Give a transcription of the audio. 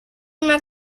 una